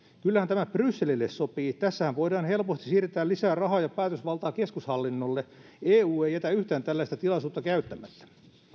kyllähän tämä brysselille sopii tässähän voidaan helposti siirtää lisää rahaa ja päätösvaltaa keskushallinnolle eu ei jätä yhtään tällaista tilaisuutta käyttämättä